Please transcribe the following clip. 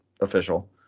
official